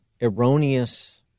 erroneous